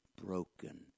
broken